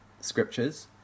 scriptures